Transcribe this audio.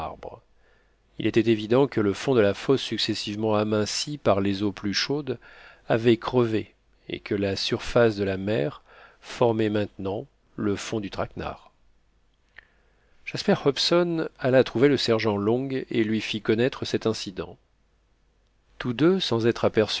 il était évident que le fond de la fosse successivement aminci par les eaux plus chaudes avait crevé et que la surface de la mer formait maintenant le fond du traquenard jasper hobson alla trouver le sergent long et lui fit connaître cet incident tous deux sans être